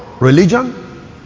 religion